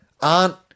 aren't-